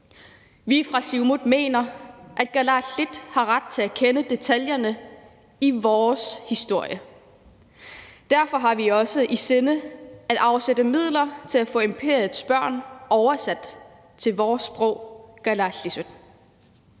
Vi fra Siumut mener, at kalaallit har ret til at kende detaljerne i vores historie. Derfor har vi også i sinde at afsætte midler til at få »Imperiets børn« oversat til vores sprog, kalaallisut.